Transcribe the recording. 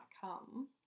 come